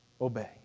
obey